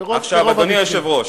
אדוני היושב-ראש,